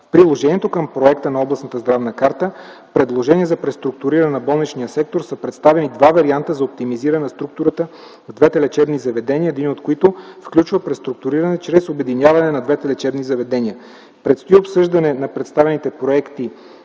приложението към проекта на Областната здравна карта, предложение за преструктуриране на болничния сектор са представени два варианта за оптимизиране на структурата на двете лечебни заведения, един от които включва преструктуриране чрез обединяване на двете лечебни заведения. Предстои обсъждане на представените проекти